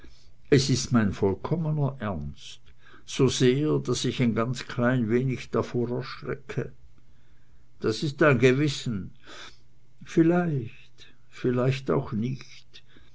es ist mein vollkommener ernst so sehr daß ich ein ganz klein wenig davor erschrecke das ist dein gewissen vielleicht vielleicht auch nicht